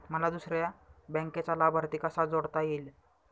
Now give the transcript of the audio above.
मला दुसऱ्या बँकेचा लाभार्थी कसा जोडता येईल?